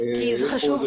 כי זה חשוב.